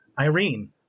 Irene